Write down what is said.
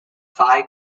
five